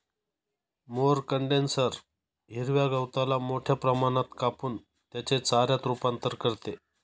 mower condenser हिरव्या गवताला मोठ्या प्रमाणात कापून त्याचे चाऱ्यात रूपांतर करते